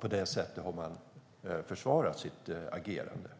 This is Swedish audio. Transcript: På det sättet har man också förvarat sitt agerande.